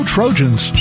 Trojans